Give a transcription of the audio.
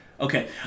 Okay